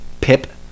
pip